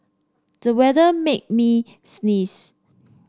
the weather made me sneeze